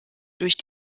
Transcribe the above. durch